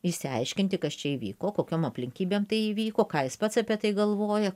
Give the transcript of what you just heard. išsiaiškinti kas čia įvyko kokiom aplinkybėm tai įvyko ką jis pats apie tai galvoja